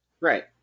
Right